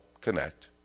connect